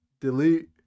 Delete